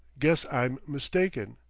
guess i'm mistaken.